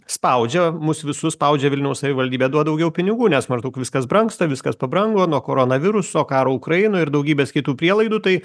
spaudžia mus visus spaudžia vilniaus savivaldybę duot daugiau pinigų nes maždaug viskas brangsta viskas pabrango nuo koronaviruso karo ukrainoj ir daugybės kitų prielaidų tai